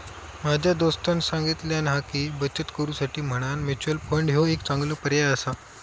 माझ्या दोस्तानं सांगल्यान हा की, बचत करुसाठी म्हणान म्युच्युअल फंड ह्यो एक चांगलो पर्याय आसा